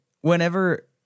whenever